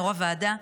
יו"ר הוועדה,